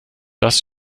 das